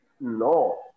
no